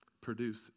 produce